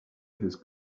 his